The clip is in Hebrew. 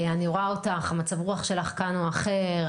אני רואה אותך, מצב הרוח שלך כאן הוא אחר.